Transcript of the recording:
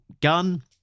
gun